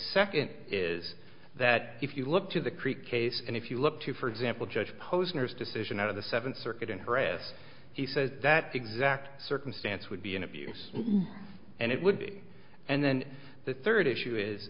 second is that if you look to the creek case and if you look to for example judge posner's decision out of the seventh circuit in her if he says that exact circumstance would be an abuse and it would be and then the third issue is